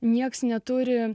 niekas neturi